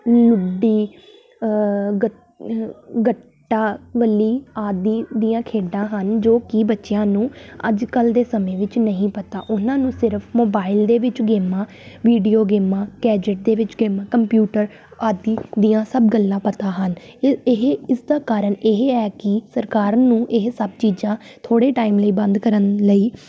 ਲੁੱਡੀ ਗੱਟਾ ਗੱਲੀ ਆਦਿ ਦੀਆਂ ਖੇਡਾਂ ਹਨ ਜੋ ਕਿ ਬੱਚਿਆਂ ਨੂੰ ਅੱਜ ਕੱਲ੍ਹ ਦੇ ਸਮੇਂ ਵਿੱਚ ਨਹੀਂ ਪਤਾ ਉਹਨਾਂ ਨੂੰ ਸਿਰਫ ਮੋਬਾਈਲ ਦੇ ਵਿੱਚ ਗੇਮਾਂ ਵੀਡੀਓ ਗੇਮਾਂ ਗੈਜਟ ਦੇ ਵਿੱਚ ਗੇਮ ਕੰਪਿਊਟਰ ਆਦਿ ਦੀਆਂ ਸਭ ਗੱਲਾਂ ਪਤਾ ਹਨ ਇਹ ਇਸਦਾ ਕਾਰਨ ਇਹ ਹੈ ਕਿ ਸਰਕਾਰ ਨੂੰ ਇਹ ਸਭ ਚੀਜ਼ਾਂ ਥੋੜ੍ਹੇ ਟਾਈਮ ਲਈ ਬੰਦ ਕਰਨ ਲਈ